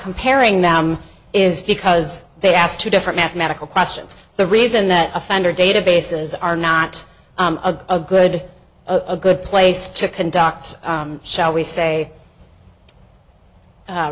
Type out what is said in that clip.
comparing them is because they asked two different mathematical questions the reason that offender databases are not a good a good place to conduct shall we say